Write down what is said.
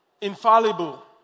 infallible